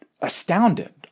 astounded